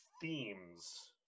themes